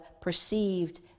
perceived